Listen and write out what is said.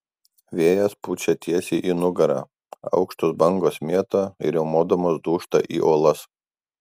vėjas pučia tiesiai į nugarą aukštos bangos mėto ir riaumodamos dūžta į uolas